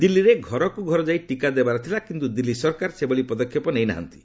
ଦିଲ୍ଲୀରେ ଘରକୁ ଘର ଯାଇ ଟିକା ଦେବାର ଥିଲା କିନ୍ତୁ ଦିଲ୍ଲୀ ସରକାର ସେଭଳି ପଦକ୍ଷେପ ନେଇ ନାହାନ୍ତି